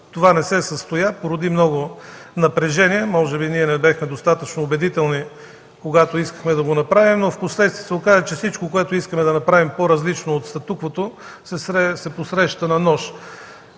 обаче не се състоя, породи много напрежение. Може би не бяхме достатъчно убедителни, когато искахме да го направим. Впоследствие се оказа, че всичко, което искахме да направим по-различно от статуквото, се посреща на нож.